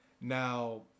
Now